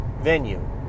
venue